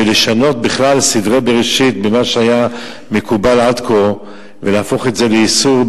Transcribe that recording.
ולשנות בכלל סדרי בראשית ממה שהיה מקובל עד כה ולהפוך את זה לאיסור,